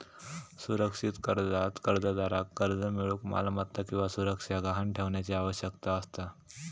सुरक्षित कर्जात कर्जदाराक कर्ज मिळूक मालमत्ता किंवा सुरक्षा गहाण ठेवण्याची आवश्यकता असता